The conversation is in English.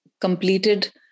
completed